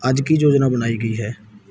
ਅੱਜ ਕੀ ਯੋਜਨਾ ਬਣਾਈ ਗਈ ਹੈ